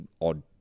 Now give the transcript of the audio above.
odd